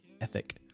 ethic